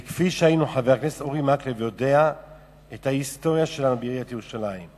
חבר הכנסת אורי מקלב יודע את ההיסטוריה שלנו בעיריית ירושלים.